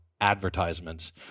advertisements